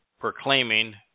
proclaiming